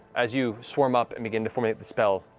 as you swarm up and begin to formulate the spell,